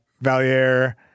Valier